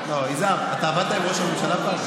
יזהר, אתה עבדת עם ראש הממשלה פעם?